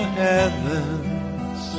heavens